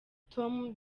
tom